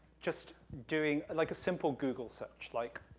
just doing, like, a simple google search, like,